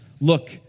Look